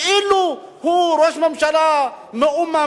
כאילו הוא ראש ממשלה מהאו"ם,